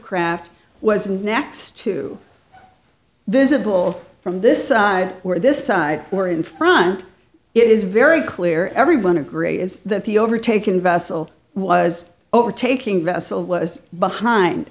craft was next to visible from this side where this side or in front it is very clear everyone agree is that the overtaken vessel was overtaking vessel was behind